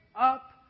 up